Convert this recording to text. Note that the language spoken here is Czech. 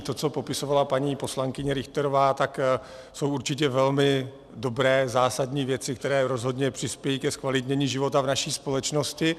To, co popisovala paní poslankyně Richterová, jsou určitě velmi dobré, zásadní věci, které rozhodně přispějí ke zkvalitnění života v naší společnosti.